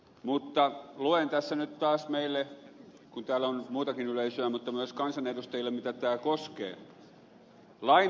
mutta luen tässä nyt taas meille täällä on muutakin yleisöä mutta myös kansanedustajille mitä tämä koskee